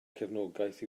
cefnogaeth